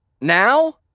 Now